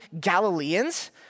Galileans